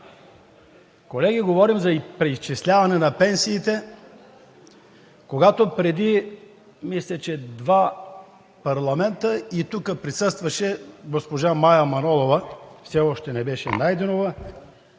Колеги, говорим за преизчисляване на пенсиите, когато преди, мисля, че два парламента тук присъстваше госпожа Мая Манолова, все още не беше Найденова,